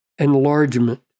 enlargement